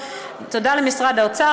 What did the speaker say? תודה למשרד האוצר,